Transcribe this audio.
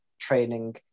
training